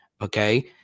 Okay